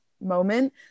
moment